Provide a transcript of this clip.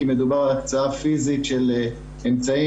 מדובר על הקצאה פיזית של אמצעים,